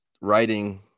writing